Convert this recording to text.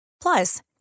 Plus